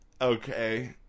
Okay